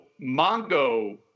Mongo